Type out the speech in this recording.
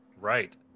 right